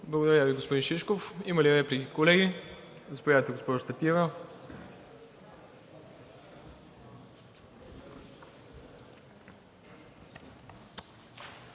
Благодаря Ви, господин Шишков. Има ли реплики, колеги? Заповядайте, госпожо Стратиева.